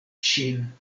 ŝin